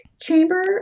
chamber